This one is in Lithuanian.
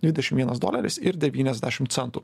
dvidešim vienas doleris ir devyniasdešim centų